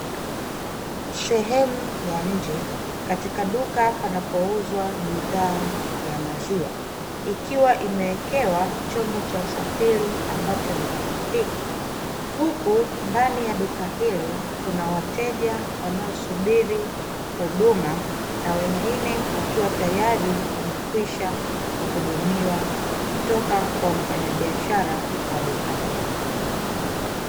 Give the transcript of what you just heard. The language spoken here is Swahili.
Sehemu ya nje katika duka panapouzwa bidhaa ya maziwa ikiwa imewekewa chombo cha usafiri ambacho ni pikikiki. Huku ndani ya duka hilo, kuna wateja wanasubiri huduma na wengine wakiwa tayari wamekishwa kuhudumiwa kutoka kwa mfanyabiashara wa duka hilo.